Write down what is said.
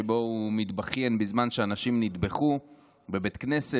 מתבכיין בזמן שאנשים נטבחו בבית כנסת.